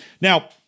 Now